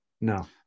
No